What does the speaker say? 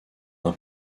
d’un